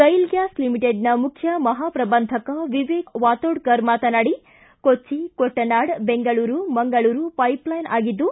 ಗ್ಲೆಲ್ gas ಲಿಮಿಟೆಡ್ನ ಮುಖ್ಯ ಮಹಾಪ್ರಬಂಧಕ ವಿವೇಕ್ ವಾತೋಢರ್ ಮಾತನಾಡಿ ಕೊಚ್ಚ ಕೊಟ್ಟನಾಡ್ ಬೆಂಗಳೂರು ಮಂಗಳೂರು ಪೈಷ್ಲೈನ್ ಆಗಿದ್ದು